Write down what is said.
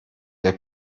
der